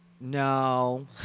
No